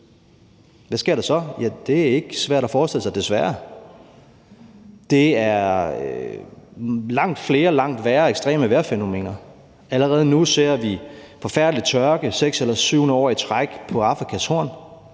Hvad sker der så? Ja, det er ikke svært at forestille sig, desværre. Det er langt flere, langt værre ekstreme vejrfænomener. Kl. 17:20 Allerede nu ser vi forfærdelig tørke på sjette eller syvende